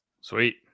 Sweet